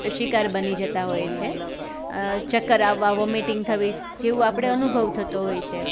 શિકાર બની જતાં હોઈએ છે ચક્કર આવવા વોમીટીંગ થવી જેવું આપણે અનુભવ થતો હોય છે